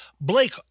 Blake